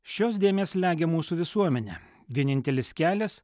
šios dėmės slegia mūsų visuomenę vienintelis kelias